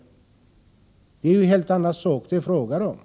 Det är ju en helt annan sak som det är fråga om här.